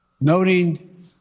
noting